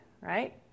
right